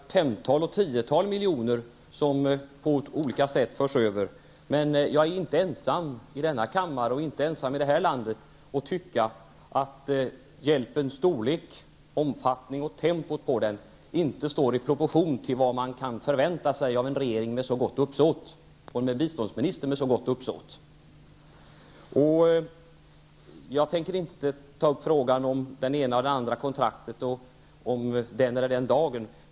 Herr talman! Jag tror att vi alla är nöjda för varje miljon, varje femtal eller tiotal miljoner, som på olika sätt förs över. Men jag är inte ensam i denna kammare och i det här landet om att tycka att hjälpens storlek, omfattning och tempot inte står i proportion till vad man kan förvänta sig av en regering och en biståndsminister med så gott uppsåt. Jag tänker inte ta upp frågan om det ena eller andra kontraktet eller om den eller den dagen.